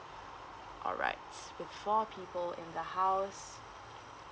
alright with four people in the house